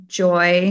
joy